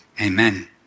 Amen